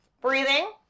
breathing